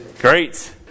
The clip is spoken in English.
Great